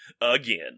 again